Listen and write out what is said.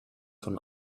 von